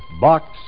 Box